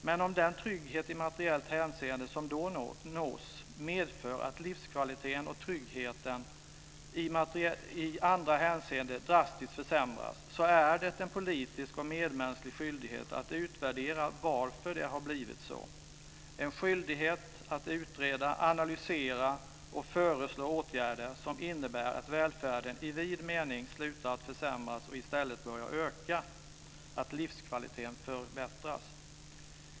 Men om den trygghet i materiellt hänseende som då nås medför att livskvaliteten och tryggheten i andra hänseenden drastiskt försämras är det en politisk och medmänsklig skyldighet att utvärdera varför det har blivit så. Det är en skyldighet att utreda, analysera och föreslå åtgärder som innebär att välfärden i vid mening slutar att försämras och i stället börjar öka och att livskvaliteten förbättras.